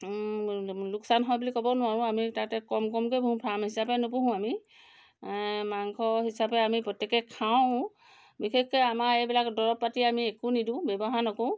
লোকচান হয় বুলি ক'ব নোৱাৰোঁ আমি তাতে কম কমকৈ পোহোঁ ফাৰ্ম হিচাপে নোপোহোঁ আমি মাংস হিচাপে আমি প্ৰত্যেকে খাওঁ বিশেষকৈ আমাৰ এইবিলাক দৰৱ পাতি আমি একো নিদিওঁ ব্যৱহাৰ নকৰোঁ